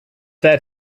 there